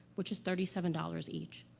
which is thirty seven dollars each.